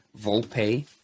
Volpe